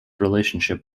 relationship